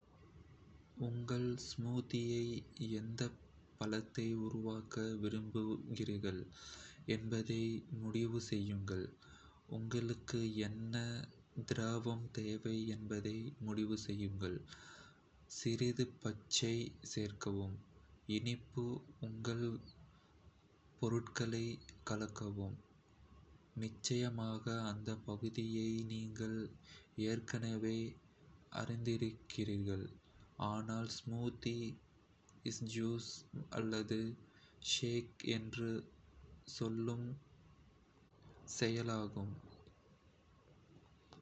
உங்கள் ஸ்மூத்தியை எந்தப் பழத்தை உருவாக்க விரும்புகிறீர்கள் என்பதை முடிவு செய்யுங்கள்.... உங்களுக்கு என்ன திரவம் தேவை என்பதை முடிவு செய்யுங்கள்.... சிறிது பச்சை சேர்க்கவும்.... இனிப்பு.... உங்கள் பொருட்களைக் கலக்கவும் - நிச்சயமாக, அந்தப் பகுதியை நீங்கள் ஏற்கனவே அறிந்திருக்கிறீர்கள், ஆனால் ஸ்மூத்தி, ப்யூரி அல்லது ஷேக் என்று சொல்லும் பொத்தானைத் தேடுங்கள்.